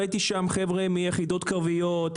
ראיתי שם חבר'ה מיחידות קרביות,